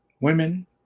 Women